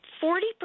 Forty